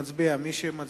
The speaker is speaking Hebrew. אנחנו נצביע.